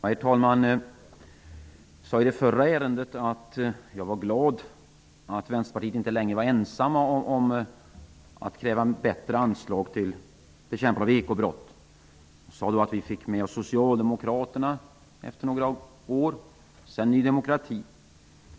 Herr talman! Jag sade i det förra ärendet att jag var glad över att Vänsterpartiet inte längre var ensamt om att kräva bättre anslag till bekämpande av ekobrott. Jag pekade på att vi efter några år fick med oss Socialdemokraterna och sedan Ny demokrati.